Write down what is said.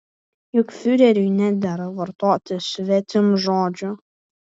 juk fiureriui nedera vartoti svetimžodžių